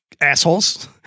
assholes